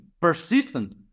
persistent